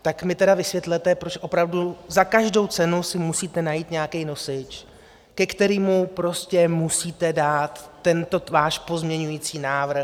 Tak mi tedy vysvětlete, proč opravdu za každou cenu si musíte najít nějaký nosič, ke kterému prostě musíte dát tento váš pozměňující návrh.